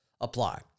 apply